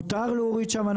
מותר להוריד שם,